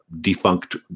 defunct